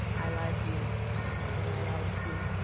i lied to you way more than i lied to